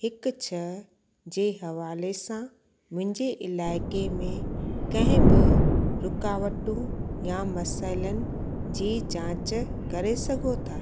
हिकु छह जे हवाले सां मुंहिंजे इलाइक़े में कंहिं बि रूकावट या मसाइलनि जी जांच करे सघो था